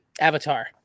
avatar